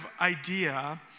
idea